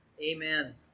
amen